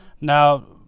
Now